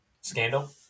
scandal